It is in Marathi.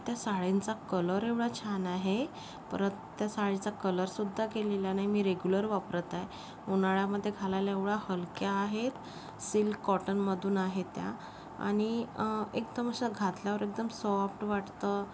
त्या साड्यांचा कलर एवढा छान आहे परत त्या साडीचा कलरसुद्धा गेलेला नाहीे मी रेग्युलर वापरत आहे उन्हाळ्यामध्ये घालायला एवढा हलक्या आहेत सिल्क कॉटनमधून आहेत त्या आणि एकदम अशा घातल्यावर एकदम सॉफ्ट वाटतं